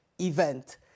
event